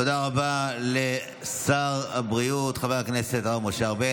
תודה רבה לשר הבריאות חבר הכנסת הרב משה ארבל.